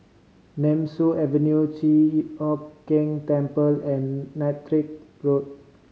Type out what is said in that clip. Nemesu Avenue Chi Hock Keng Temple and Road